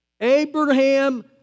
Abraham